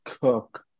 Cook